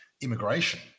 immigration